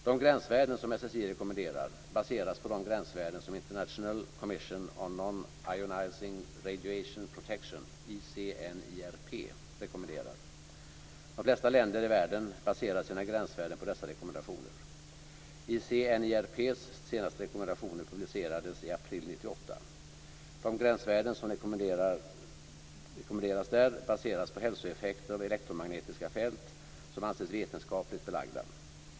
De gränsvärden som SSI rekommenderar baseras på de gränsvärden som International Commission on Non-Ionizing Radiation Protection, ICNIRP, rekommenderar. De flesta länder i världen baserar sina gränsvärden på dessa rekommendationer. ICNIRP:s senaste rekommendationer publicerades i april 1998. De gränsvärden som rekommenderas där baseras på hälsoeffekter av elektromagnetiska fält som anses vetenskapligt belagda.